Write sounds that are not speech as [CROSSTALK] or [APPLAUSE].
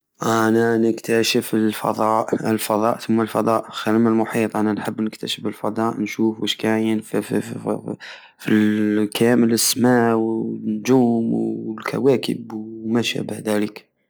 انا نكتشاف الفضاء الفضاء تم الفضاء خير من المحيط انا نحب نكتشف الفضاء نشوف وشكاين [HESITATION] ف- فكامل السماء ونجوم والكواكب وماشابه دالك